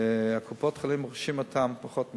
קופות-החולים רוכשות אותן בפחות משקל.